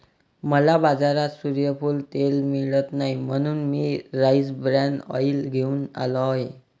मला बाजारात सूर्यफूल तेल मिळत नाही म्हणून मी राईस ब्रॅन ऑइल घेऊन आलो आहे